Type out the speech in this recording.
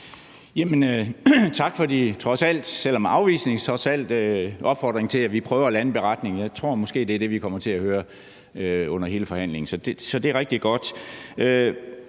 det er en afvisning – til, at vi trods alt prøver at lande en beretning. Jeg tror måske, det er det, vi kommer til at høre under hele forhandlingen, så det er rigtig godt.